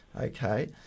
okay